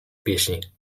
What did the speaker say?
pieśni